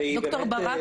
והיא באמת בעייתית.